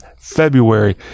February